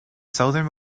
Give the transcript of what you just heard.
southern